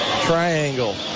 triangle